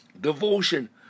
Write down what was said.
devotion